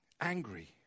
Angry